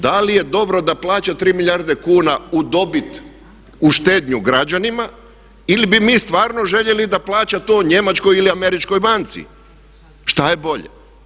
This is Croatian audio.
Da li je dobro da plaća 3 milijarde kuna u dobit u štednju građanima ili bi mi stvarno željeli da plaća to njemačkoj ili američkoj banci, šta je bolje?